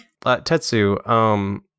Tetsu